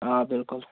آ بِلکُل